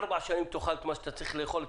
ארבע שנים תאכל את מה שבישלת.